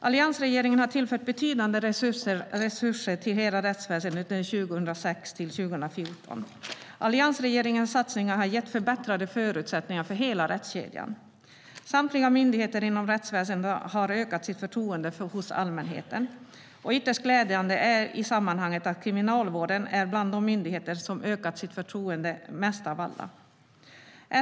Alliansregeringen har tillfört betydande resurser till hela rättsväsendet under tiden 2006-2014. Alliansregeringens satsningar har gett förbättrade förutsättningar för hela rättskedjan. Samtliga myndigheter inom rättsväsendet har ökat sitt förtroende hos allmänheten, och ytterst glädjande i sammanhanget är att Kriminalvården är bland de myndigheter som har ökat sitt förtroende mest av alla.